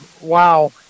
wow